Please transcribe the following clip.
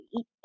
eat